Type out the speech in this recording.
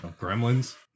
Gremlins